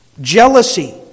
Jealousy